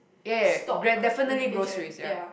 ya ya gra~ definitely groceries ya